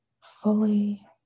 fully